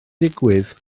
digwydd